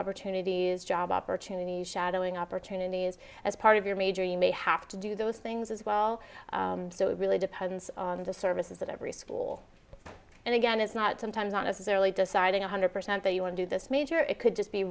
opportunities job opportunities shadowing opportunities as part of your major you may have to do those things as well so it really depends on the services that every school and again it's not sometimes not necessarily deciding one hundred percent that you would do this major it could just be